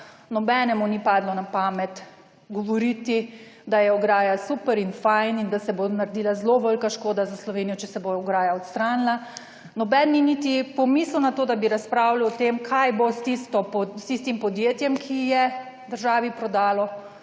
nobenemu ni padlo na pamet govoriti, da je ograja super in fajn in da se bo naredila zelo velika škoda za Slovenijo, če se bo ograja odstranila. Noben ni niti pomislil na to, da bi razpravljal o tem kaj bo s tisto pot, s tistim podjetjem, ki je državi prodalo